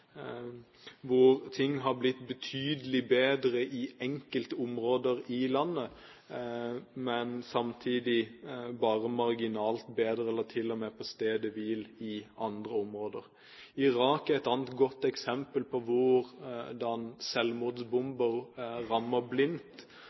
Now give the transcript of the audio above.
Ting har blitt betydelig bedre i enkelte områder i landet, men samtidig bare marginalt bedre, eller til og med stått på stedet hvil i andre områder. Irak er et annet godt eksempel på